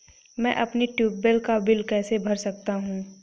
मैं अपने ट्यूबवेल का बिल कैसे भर सकता हूँ?